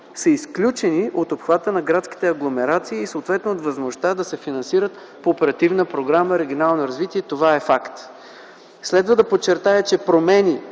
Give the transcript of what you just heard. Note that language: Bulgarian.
са изключени от обхвата на градските агломерации и съответно от възможността да се финансират по Оперативна програма „Регионално развитие” – това е факт. Следва да подчертая, че промени